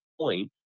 point